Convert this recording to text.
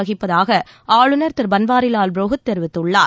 வகிப்பதாக ஆளுநர் திரு பன்வாரிலால் புரோஹித் தெரிவித்துள்ளார்